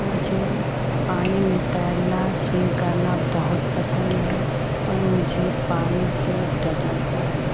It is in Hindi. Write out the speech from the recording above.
मुझे पानी में तैरना स्विम करना बहुत पसंद है पर मुझे पानी से डर लगता है